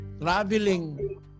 traveling